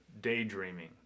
daydreaming